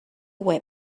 web